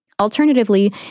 Alternatively